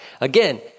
Again